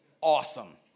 awesome